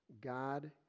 God